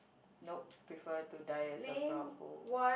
nope prefer to die as a proud hoe